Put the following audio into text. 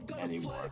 anymore